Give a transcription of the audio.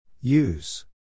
Use